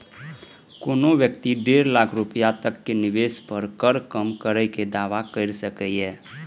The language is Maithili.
कोनो व्यक्ति डेढ़ लाख रुपैया तक के निवेश पर कर कम करै के दावा कैर सकैए